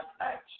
action